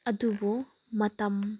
ꯑꯗꯨꯕꯨ ꯃꯇꯝ